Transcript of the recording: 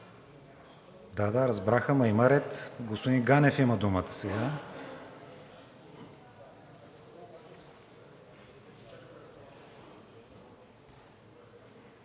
Да, да, разбрах, но има ред. Господин Ганев има думата.